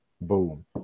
boom